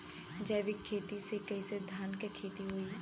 जैविक खेती से कईसे धान क खेती होई?